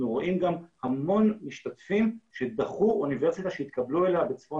אנחנו רואים המון משתתפים שדחו את לימודיהם באוניברסיטה בצפון